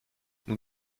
nous